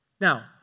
Now